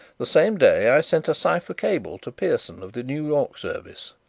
the same day i sent a cipher cable to pierson of the new york service.